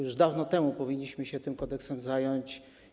Już dawno temu powinniśmy się tym kodeksem zająć.